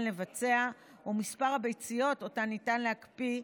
לבצע ומספר הביציות שאותן ניתן להקפיא,